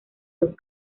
los